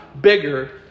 bigger